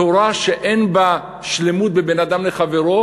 תורה שאין בה שלמות בבין אדם לחברו,